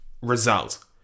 result